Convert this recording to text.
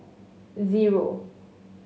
zero